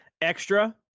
Extra